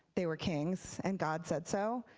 they were kings and god said so.